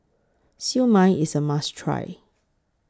Siew Mai IS A must Try